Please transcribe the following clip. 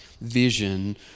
vision